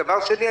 דבר שני,